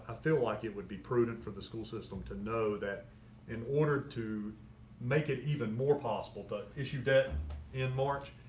ah feel like it would be prudent for the school system to know that in order to make it even more possible to issue debt in march,